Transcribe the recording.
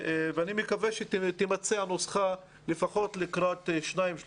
אני מקווה שתימצא הנוסחה לפחות לקראת 2-3